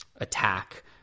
attack